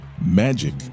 Magic